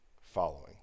following